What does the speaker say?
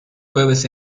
jueves